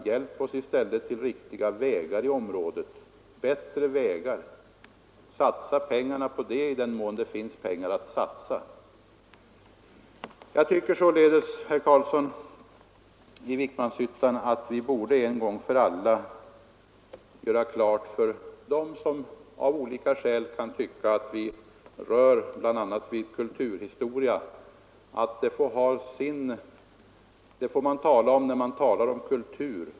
Hjälp oss i stället till bättre vägar i området. Satsa pengarna på det i den mån det finns pengar att satsa. Jag tycker således, herr Carlsson i Vikmanshyttan, att vi en gång för alla borde göra klart för dem som av olika skäl kan tycka att vi rör vid bl.a. kulturhistoria att detta får man tala om i samband med kulturfrågor.